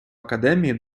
академії